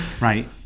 right